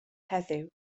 heddiw